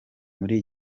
muri